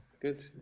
Good